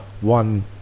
one